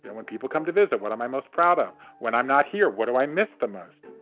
and when people come to visit, what am i most proud of when i'm not here? what do i miss the most?